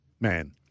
man